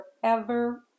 forever